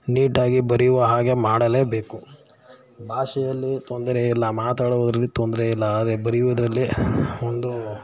ನೀಟಾಗಿ ಬರೆಯುವ ಹಾಗೆ ಮಾಡಲೇಬೇಕು ಭಾಷೆಯಲ್ಲಿ ತೊಂದರೆ ಇಲ್ಲ ಮಾತಾಡೋರಿಗೆ ತೊಂದರೆ ಇಲ್ಲ ಆದರೆ ಬರೆಯೋದ್ರಲ್ಲಿ ಒಂದು